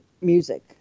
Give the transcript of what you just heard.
music